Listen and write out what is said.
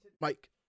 Mike